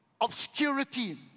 obscurity